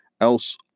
else